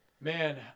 Man